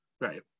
Right